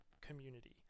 community